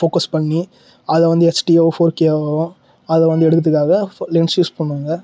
focus பண்ணி அதை வந்து எச்டியோ ஃபோர்கேவாகவோ அதை வந்து எடுக்கிறதுக்காக லென்ஸ் யூஸ் பண்ணுவாங்க